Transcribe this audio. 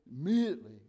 immediately